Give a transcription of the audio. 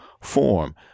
form